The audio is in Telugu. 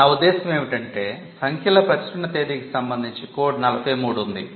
నా ఉద్దేశ్యం ఏమిటంటే సంఖ్యల ప్రచురణ తేదీకి సంబంధించి కోడ్ 43 ఉంది